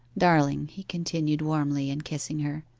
darling, he continued warmly, and kissing her,